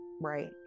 Right